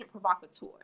provocateur